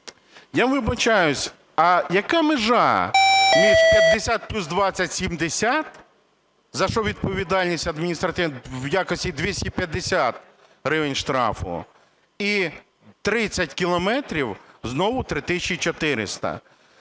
Я вибачаюсь, а яка межа між 50 (плюс 20 – 70), за що відповідальність адміністративна в якості 250 гривень штрафу, і 30 кілометрів – знову 3